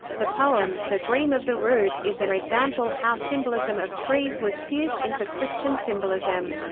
the poem, the dream of the rood, is an example how symbolism of trees was fused into christian symbolism.